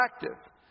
attractive